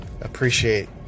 appreciate